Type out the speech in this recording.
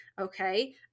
okay